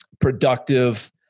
productive